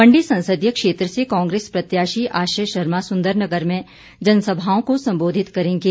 मंडी संसदीय क्षेत्र से कांग्रेस प्रत्याशी आश्रय शर्मा सुंदरनगर में जनसभाओं को संबोधित करेंगे